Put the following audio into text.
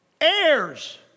Heirs